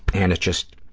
and it just,